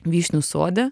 vyšnių sode